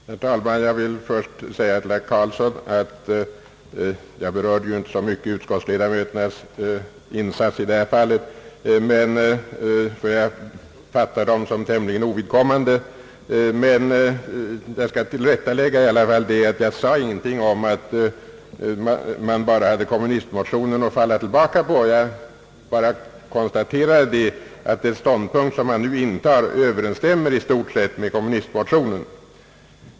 Herr talman! Jag vill först säga till herr Göran Karlsson, att jag inte så mycket berörde utskottsledamöternas agerande i detta fall, ty det anser jag vara tämligen ovidkommande. Jag vill dock göra det tillrättaläggandet, att jag inte sade någonting om att det bara fanns en kommunistmotion att falla tillbaka på, utan konstaterade att den ståndpunkt de socialdemokratiska ledamöterna nu intar i stort sett överensstämmer med kommunistmotionen.